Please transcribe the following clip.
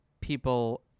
people